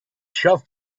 shop